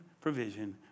provision